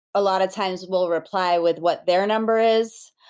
a lot of times, will reply with what their number is.